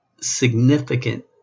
significant